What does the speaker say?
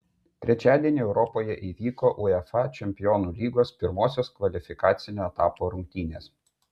trečiadienį europoje įvyko uefa čempionų lygos pirmosios kvalifikacinio etapo rungtynės